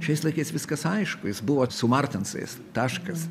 šiais laikais viskas aišku jis buvo su martinsais taškas